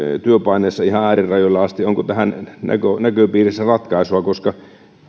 työpaineessa ihan äärirajoille asti niin onko tähän näköpiirissä ratkaisua koska